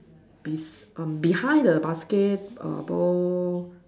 bes~ um behind the basket err ball